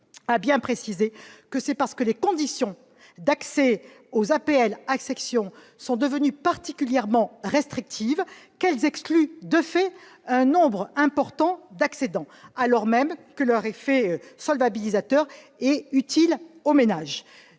a souligné que c'est parce que les conditions d'accès à l'APL-accession sont devenues particulièrement restrictives qu'elles excluent, de fait, un nombre important d'accédants, alors même que leur effet solvabilisateur est utile aux ménages.